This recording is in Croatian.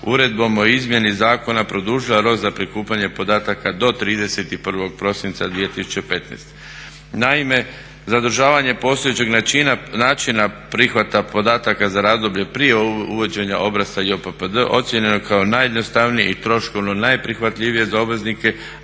Uredbom o izmjeni zakona produžila rok za prikupljanje podataka do 31. prosinca 2015. Naime, zadržavanje postojećeg načina prihvata podataka za razdoblje prije uvođenja obrasca JPPD ocijenjeno je kao najjednostavnije i troškovno najprihvatljivije za obveznike